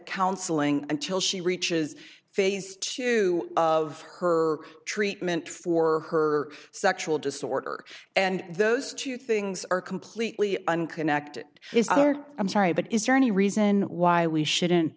counseling until she reaches phase two of her treatment for her sexual disorder and those two things are completely unconnected is another i'm sorry but is there any reason why we shouldn't